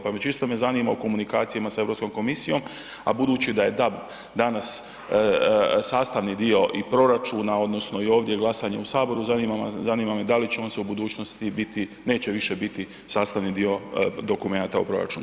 Pa me, čisto me zanima u komunikacijama s Europskom komisijom, a budući da je DAB danas sastavni dio i proračuna odnosno i ovdje glasanja u saboru zanima me da li će on se u budućnosti biti neće više biti sastavni dio dokumenata u proračunu.